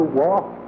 walk